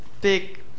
big